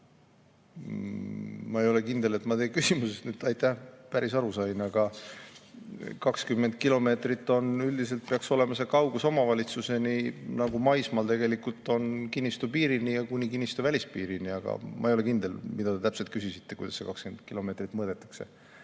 Ma ei ole kindel, et ma teie küsimusest päris aru sain, aga 20 kilomeetrit üldiselt peaks olema see kaugus omavalitsuseni, maismaal on see kinnistu piirini, kuni kinnistu välispiirini. Aga ma ei ole kindel, mida te täpselt küsisite. Kuidas see 20 kilomeetrit mõõdetakse